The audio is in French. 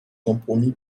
compromis